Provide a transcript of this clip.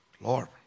Lord